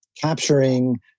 capturing